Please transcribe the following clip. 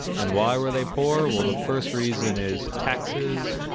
and why were they poor? well, the first reason is taxes